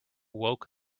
woke